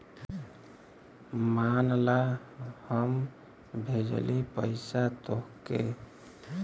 मान ला हम भेजली पइसा तोह्के